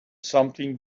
something